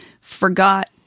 forgot